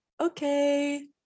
okay